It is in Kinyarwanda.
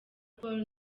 paul